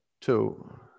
two